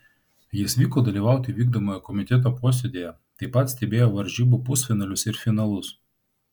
jis vyko dalyvauti vykdomojo komiteto posėdyje taip pat stebėjo varžybų pusfinalius ir finalus